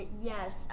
Yes